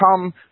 come